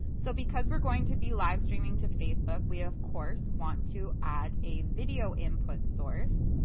so because we're going to be live-streaming to facebook we of course want to add a video input source.